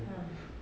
ah